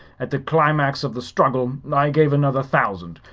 at the climax of the struggle i gave another thousand,